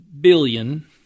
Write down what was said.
billion